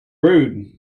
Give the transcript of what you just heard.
rude